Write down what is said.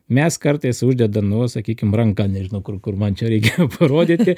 mes kartais uždedam nu va sakykim ranką nežinau kur kur man čia reikia parodyti